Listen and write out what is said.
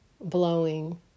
blowing